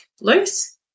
loose